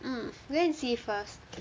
mm go and see first